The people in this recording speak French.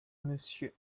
monsieur